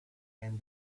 and